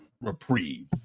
reprieve